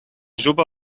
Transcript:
jupa